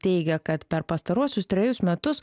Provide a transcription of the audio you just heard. teigia kad per pastaruosius trejus metus